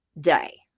day